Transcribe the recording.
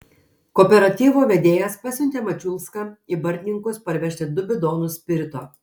kooperatyvo vedėjas pasiuntė mačiulską į bartninkus parvežti du bidonus spirito